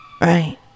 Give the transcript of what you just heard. right